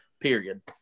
period